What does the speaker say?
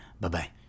Bye-bye